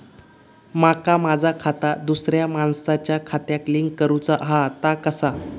माका माझा खाता दुसऱ्या मानसाच्या खात्याक लिंक करूचा हा ता कसा?